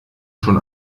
schon